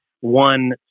one